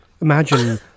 Imagine